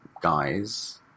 guys